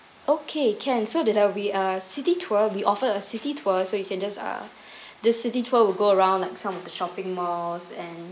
okay can so did uh we uh city tour we offer a city tour so you can just uh the city tour will go around like some of the shopping malls and